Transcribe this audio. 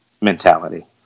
mentality